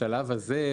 בשלב הזה,